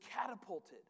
catapulted